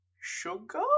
sugar